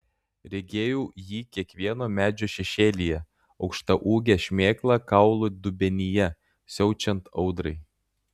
regėjau jį kiekvieno medžio šešėlyje aukštaūgę šmėklą kaulų dubenyje siaučiant audrai